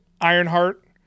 Ironheart